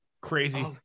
Crazy